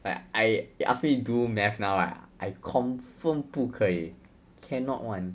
like I you ask me to do math now right I confirm 不可以 cannot [one]